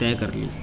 طے کر لی